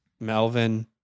Melvin